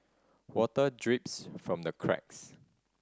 water drips from the cracks